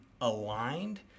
aligned